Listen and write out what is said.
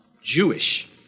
Jewish